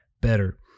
better